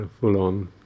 Full-on